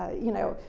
you know,